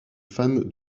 fan